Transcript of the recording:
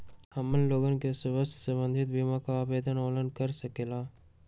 हमन लोगन के स्वास्थ्य संबंधित बिमा का आवेदन ऑनलाइन कर सकेला?